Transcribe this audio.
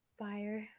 fire